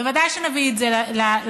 בוודאי שנביא את זה לבג"ץ.